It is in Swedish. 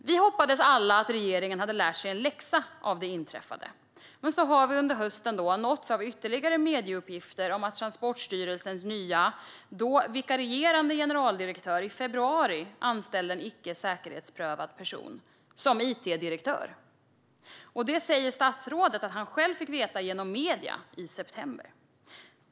Vi hoppades alla att regeringen hade lärt sig en läxa av det inträffade, men under hösten har vi nåtts av ytterligare medieuppgifter om att Transportstyrelsens nya, då vikarierande, generaldirektör i februari anställde en icke säkerhetsprövad person som it-direktör. Detta säger statsrådet att han själv fick veta genom medierna i september.